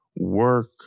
work